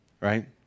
right